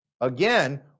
again